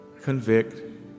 convict